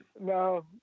No